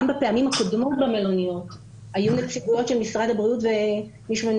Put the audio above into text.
גם בפעמים הקודמות במלוניות היו נציגים של משרד הבריאות במלונית.